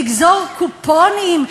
לגזור קופונים,